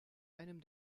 einem